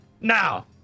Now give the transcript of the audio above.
Now